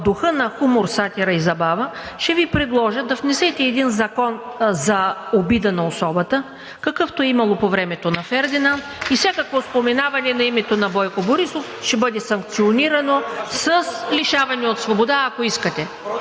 духа на хумор, сатира и забава ще Ви предложа да внесете един закон за обида на особата, какъвто е имало по времето на Фердинанд, и всякакво споменаване на името на Бойко Борисов ще бъде санкционирано с лишаване от свобода, ако искате.